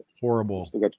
Horrible